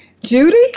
Judy